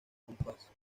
compás